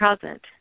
present